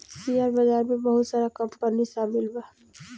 share बाजार में बहुत सारा कंपनी शामिल बा